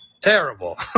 terrible